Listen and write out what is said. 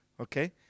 Okay